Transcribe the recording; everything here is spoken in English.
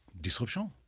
disruption